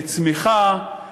לצמיחה.